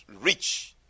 rich